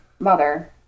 mother